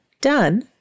done